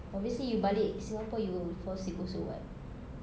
obviously you balik singapore you will fall sick also [what]